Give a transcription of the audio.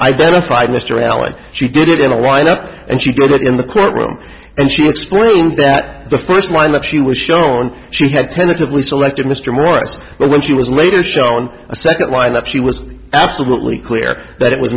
identified mr allen she did it in a lineup and she did it in the courtroom and she explained that the first line that she was shown she had tentatively selected mr morris when she was later shown a second lineup she was absolutely clear that it was